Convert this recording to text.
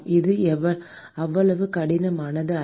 அது அவ்வளவு கடினமானதல்ல